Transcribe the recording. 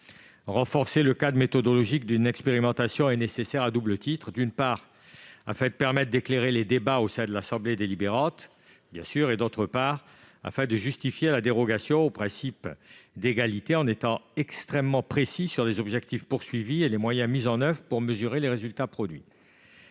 Renforcer le cadre méthodologique d'une expérimentation est nécessaire à double titre : d'une part, afin d'éclairer les débats au sein de l'assemblée délibérante ; d'autre part, en vue de justifier la dérogation au principe d'égalité, en étant extrêmement précis sur les objectifs recherchés et les moyens mis en oeuvre pour mesurer les résultats produits.